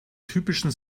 typischen